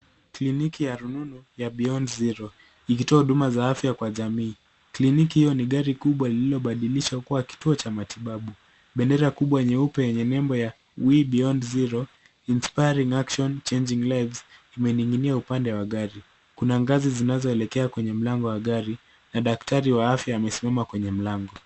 Kliniki ya rununu ya Beyond Zero ikitoa huduma za afya kwa jamii. Kliniki hiyo ni gari kubwa lililobadilishwa kuwa kituo cha matibabu. Bendera kubwa nyeupe yenye nembo ya WE Beyond Zero, Inspiring Actions Changing Lives imening'inia upande wa gari, kuna ngazi zinazoelekea kwenye mlango wa gari na daktari wa afya amesimama kwenye mlango.